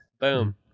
Boom